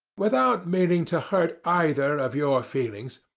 without meaning to hurt either of your feelings,